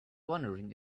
wondering